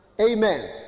Amen